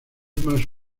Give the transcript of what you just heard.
más